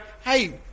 hey